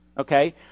Okay